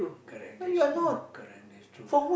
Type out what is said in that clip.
correct that's uh correct that's true lah